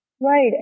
Right